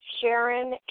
Sharon